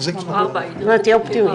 תהיה אופטימי.